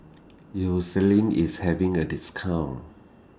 Eucerin IS having A discount